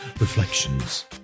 reflections